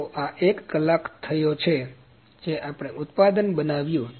તો આ એક કલાક થયો છે જે આપણે ઉત્પાદનને બનાવ્યુ